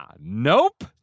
Nope